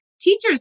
Teachers